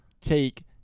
take